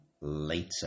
later